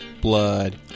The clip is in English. blood